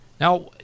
Now